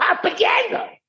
propaganda